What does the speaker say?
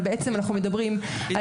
אבל בעצם אנחנו מדברים על